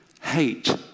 hate